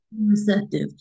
Receptive